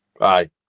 Aye